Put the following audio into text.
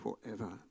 forever